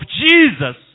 Jesus